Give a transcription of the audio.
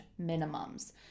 minimums